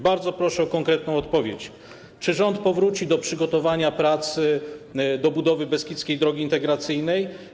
Bardzo proszę o konkretną odpowiedź na pytanie: Czy rząd powróci do przygotowania pracy, do budowy Beskidzkiej Drogi Integracyjnej?